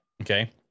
Okay